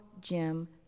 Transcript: Jim